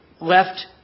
left